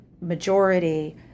majority